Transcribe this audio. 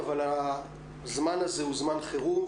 אבל הזמן הזה הוא זמן חירום,